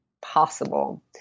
possible